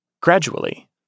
Gradually